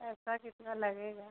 पैसा कितना लगेगा